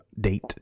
date